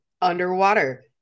underwater